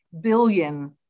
billion